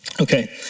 Okay